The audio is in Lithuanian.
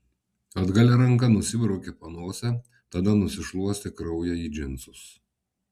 atgalia ranka nusibraukė panosę tada nusišluostė kraują į džinsus